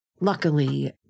luckily